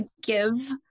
give